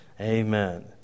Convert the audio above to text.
Amen